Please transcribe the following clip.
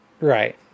Right